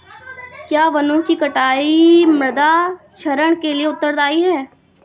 क्या वनों की कटाई मृदा क्षरण के लिए उत्तरदायी है?